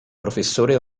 professore